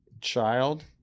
child